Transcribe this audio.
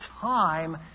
time